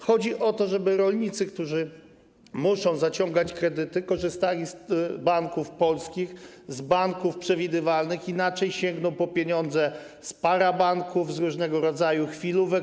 Chodzi o to, żeby rolnicy, którzy muszą zaciągać kredyty, korzystali z banków polskich, z banków przewidywalnych, inaczej sięgną po pieniądze z parabanków, po różnego rodzaju chwilówki.